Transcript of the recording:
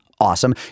Awesome